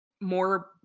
more